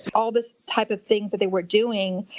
all this type of things that they were doing.